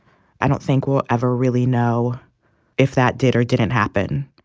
i don't think we'll ever really know if that did or didn't happen.